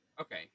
Okay